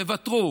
תוותרו.